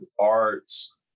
arts